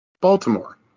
Baltimore